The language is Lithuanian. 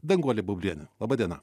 danguolė bublienė laba diena